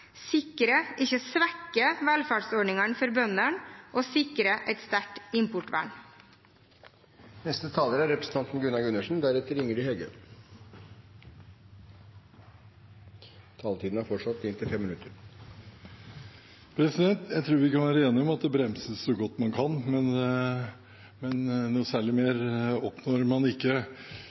sikre, ikke svekke, velferdsordningene for bøndene og sikre et sterkt importvern. Jeg tror vi kan være enige om at det bremses så godt man kan, men noe særlig mer oppnår man ikke.